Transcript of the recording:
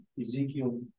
Ezekiel